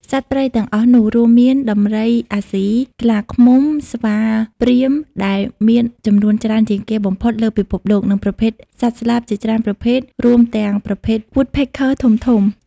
សត្វព្រៃទាំងអស់នោះរួមមាន ដំរីអាស៊ី ខ្លាឃ្មុំ ស្វាព្រាហ្មណ៍ ដែលមានចំនួនច្រើនជាងគេបំផុតលើពិភពលោកនិងប្រភេទសត្វស្លាបជាច្រើនប្រភេទ រួមទាំងប្រភេទ វ៉ូដ ភេក ឃើ Woodpecker ធំៗ។